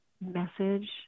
message